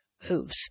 hooves